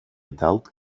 adult